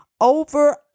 over